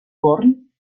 born